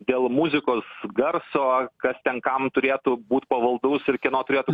dėl muzikos garso ar kas ten kam turėtų būt pavaldus ir kieno turėtų